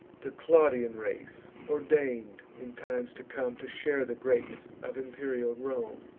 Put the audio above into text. the claudian race, ordain'd, in times to come, to share the greatness of imperial rome.